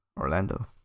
Orlando